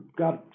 got